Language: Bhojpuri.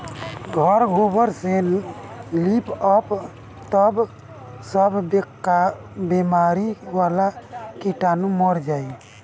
घर गोबर से लिप दअ तअ सब बेमारी वाला कीटाणु मर जाइ